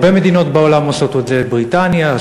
הרבה מדינות בעולם עושות את זה: בריטניה,